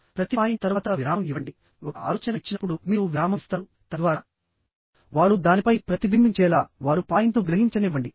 ప్రతి ప్రధాన పాయింట్ తర్వాత విరామం ఇవ్వండి మీరు ఒక ఆలోచన ఇచ్చినప్పుడు మీరు విరామం ఇస్తారు తద్వారా వారు దానిపై ప్రతిబింబించేలా వారు పాయింట్ను గ్రహించనివ్వండి